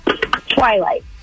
Twilight